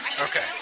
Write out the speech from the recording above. Okay